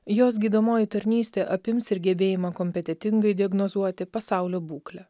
jos gydomoji tarnystė apims ir gebėjimą kompetentingai diagnozuoti pasaulio būklę